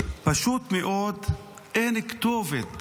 פשוט מאוד אין כתובת